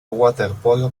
waterpolo